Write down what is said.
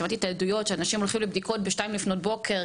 שמעתי עדויות של אנשים שהולכים לבדיקות ב-02:00 לפנות בוקר,